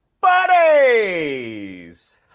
buddies